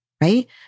right